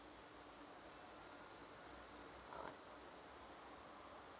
not